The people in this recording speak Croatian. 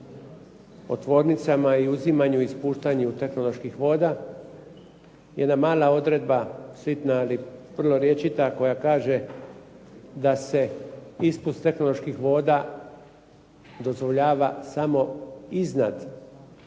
o tvornicama i uzimanju i ispuštanju tehnoloških voda. Jedna mala odredba sitna ali vrlo rječita koja kaže, da se ispust tehnoloških voda samo iznad